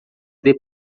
the